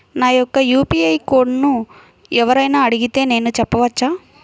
నా యొక్క యూ.పీ.ఐ కోడ్ని ఎవరు అయినా అడిగితే నేను చెప్పవచ్చా?